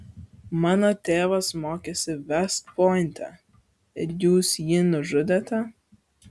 mano tėvas mokėsi vest pointe ir jūs jį nužudėte